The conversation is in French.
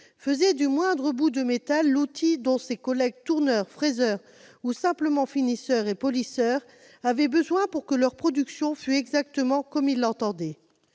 faisait du moindre bout de métal l'outil dont ses collègues tourneurs, fraiseurs, finisseurs ou polisseurs avaient besoin pour que leur production fût exactement comme ils l'entendaient.